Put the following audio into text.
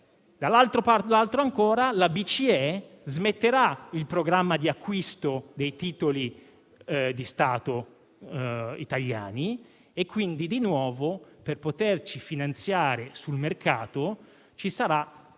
Allo stesso tempo, la BCE smetterà il programma di acquisto dei titoli di Stato italiani e, quindi, di nuovo, per poterci finanziare sul mercato ci sarà